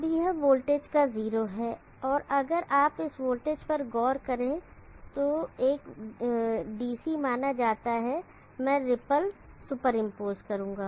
अब यह वोल्टेज का जीरो है और अगर आप इस वोल्टेज पर गौर करें जो एक DC माना जाता है मैं रिपल सुपर इंपोज करूंगा